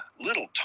little